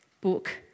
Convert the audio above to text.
book